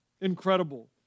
Incredible